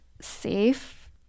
safe